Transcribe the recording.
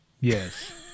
Yes